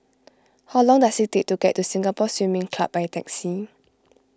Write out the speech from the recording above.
how long does it take to get to Singapore Swimming Club by taxi